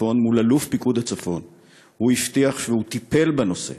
פרצו הנוסעים את גדרות הבטיחות בטרמינל